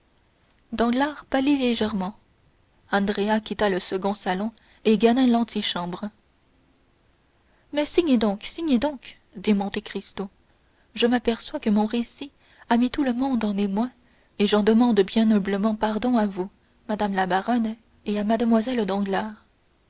caderousse danglars pâlit légèrement andrea quitta le second salon et gagna l'antichambre mais signez donc signez donc dit monte cristo je m'aperçois que mon récit a mis tout le monde en émoi et j'en demande bien humblement pardon à vous madame la baronne et à mlle danglars